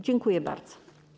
Dziękuję bardzo.